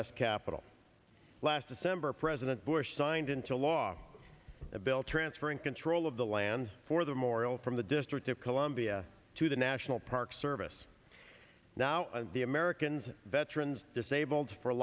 s capitol last december president bush signed into law a bill transferring control of the land for the memorial from the district of columbia to the national park service now the americans veterans disabled for